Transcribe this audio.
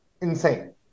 insane